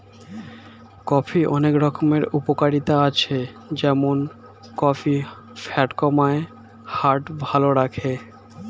কফির অনেক রকম উপকারিতা আছে যেমন কফি ফ্যাট কমায়, হার্ট ভালো রাখে